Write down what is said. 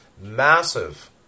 Massive